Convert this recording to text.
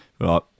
Right